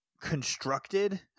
constructed